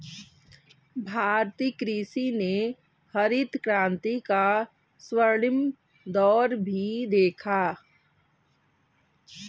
भारतीय कृषि ने हरित क्रांति का स्वर्णिम दौर भी देखा